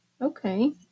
okay